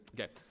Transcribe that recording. okay